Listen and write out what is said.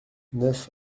neuf